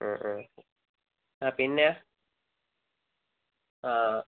ഉം ഉം ആ പിന്നെ ആ